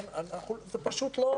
זה פשוט לא